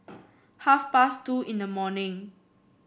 half past two in the morning